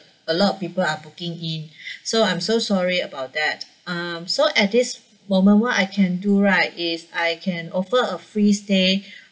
a lot of people are booking in so I'm so sorry about that um so at this moment what I can do right is I can offer a free stay